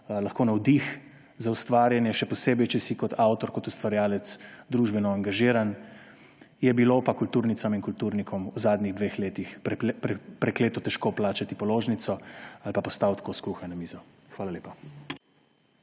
lahko navdih za ustvarjanje, še posebej, če si kot avtor, kot ustvarjalec družbeno angažiran. Je bilo pa kulturnicam in kulturnikom v zadnjih dveh letih prekleto težko plačati položnico ali pa postaviti kros kruha na mizo. Hvala lepa.